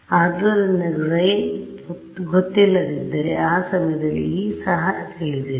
ಆದ್ದರಿಂದ χ ಗೊತ್ತಿಲ್ಲದಿದ್ದರೆ ಆ ಸಮಯದಲ್ಲಿ E ಸಹ ತಿಳಿದಿಲ್ಲ